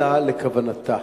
אלא לכוונתה.